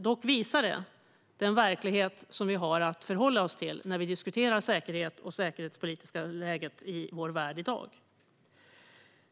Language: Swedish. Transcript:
Dock visar det den verklighet vi har att förhålla oss till när vi diskuterar säkerhet och det säkerhetspolitiska läget i vår värld i dag.